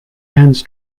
hands